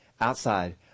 outside